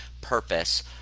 purpose